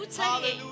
Hallelujah